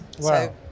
Wow